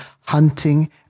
hunting